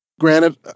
Granted